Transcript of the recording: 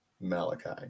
malachi